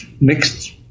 mixed